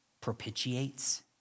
propitiates